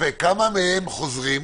כמה מהם קנסות חוזרים?